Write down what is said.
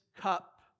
cup